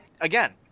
again